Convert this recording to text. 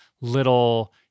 little